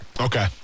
Okay